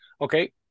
Okay